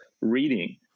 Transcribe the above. reading